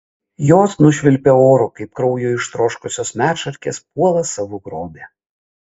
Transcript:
jos nušvilpė oru kaip kraujo ištroškusios medšarkės puola savo grobį